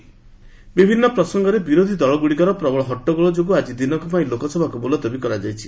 LS adjourn ବିଭିନ୍ନ ପ୍ରସଙ୍ଗରେ ବିରୋଧ ଦଳଗୁଡିକର ପ୍ରବଳ ହଟ୍ଟଗୋଳ ଯୋଗୁଁ ଆଜି ଦିନକ ପାଇଁ ଲୋକସଭାକୁ ମୁଲତବୀ କରାଯାଇଛି